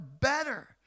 better